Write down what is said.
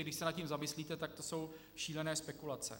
Když se nad tím zamyslíte, tak to jsou šílené spekulace.